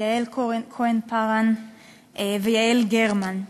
יעל כהן-פארן ויעל גרמן,